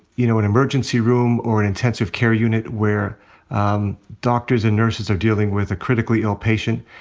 you know, an emergency room or an intensive care unit where um doctors and nurses are dealing with a critically ill patient.